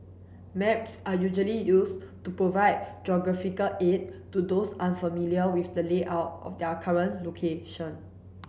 maps are usually used to provide geographical aid to those unfamiliar with the layout of their current location